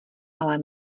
ale